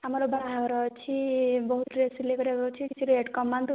ଆମର ବାହାଘର ଅଛି ବହୁତ ଡ଼୍ରେସ ସିଲେଇ କରିଆକୁ ଅଛି କିଛି ରେଟ୍ କମାନ୍ତୁ